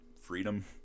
freedom